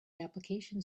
application